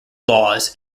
laws